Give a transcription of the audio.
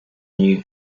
new